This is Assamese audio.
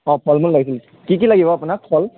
অঁ ফল মূল লাগিছিল কি কি লাগিব আপোনাক ফল